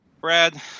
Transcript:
brad